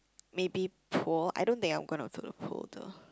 maybe pool I don't think I'm gonna do the pool though